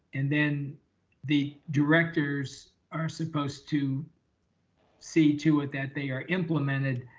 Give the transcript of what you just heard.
and then the directors are supposed to see to it that they are implemented.